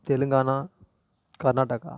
Telangana Karnataka